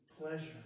pleasure